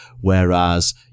Whereas